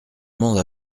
mens